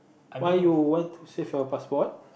why want to save your passport